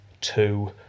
two